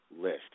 list